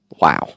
Wow